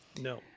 No